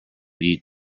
eat